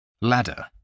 Ladder